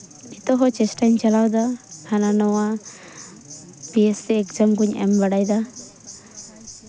ᱱᱤᱛᱚᱜ ᱦᱚᱸ ᱪᱮᱥᱴᱟᱧ ᱪᱟᱞᱟᱣᱫᱟ ᱦᱟᱱᱟ ᱱᱚᱣᱟ ᱯᱤᱮᱥᱥᱤ ᱮᱠᱡᱟᱢ ᱠᱚᱧ ᱮᱢ ᱵᱟᱲᱟᱭᱮᱫᱟ